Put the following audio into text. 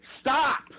Stop